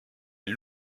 est